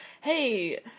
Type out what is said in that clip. hey